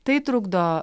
tai trukdo